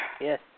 Yes